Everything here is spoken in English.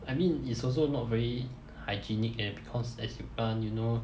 I mean it's also not very hygienic and because as you run you know